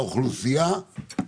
אמרת שני דברים קצרים,